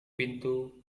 pintu